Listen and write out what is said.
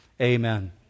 Amen